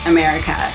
America